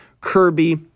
Kirby